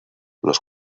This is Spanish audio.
los